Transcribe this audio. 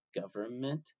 government